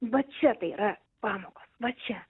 va čia tai yra pamokos va čia